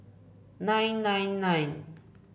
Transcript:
nine nine nine